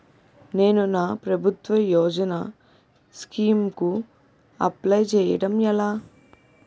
నేను నా ప్రభుత్వ యోజన స్కీం కు అప్లై చేయడం ఎలా?